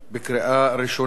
בקריאה ראשונה.